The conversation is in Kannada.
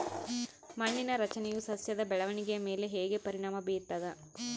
ಮಣ್ಣಿನ ರಚನೆಯು ಸಸ್ಯದ ಬೆಳವಣಿಗೆಯ ಮೇಲೆ ಹೆಂಗ ಪರಿಣಾಮ ಬೇರ್ತದ?